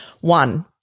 One